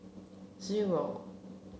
zero